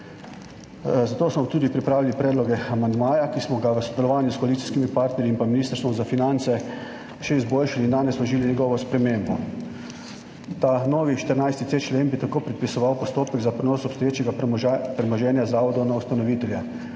Zato smo tudi pripravili predlog amandmaja, ki smo ga v sodelovanju s koalicijskimi partnerji in pa Ministrstvom za finance še izboljšali in danes vložili njegovo spremembo. Ta novi 14.c člen bi tako predpisoval postopek za prenos obstoječega premoženja zavodov na ustanovitelja.